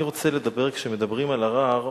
אני רוצה לדבר, כשמדברים על ערר,